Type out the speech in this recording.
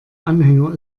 anhänger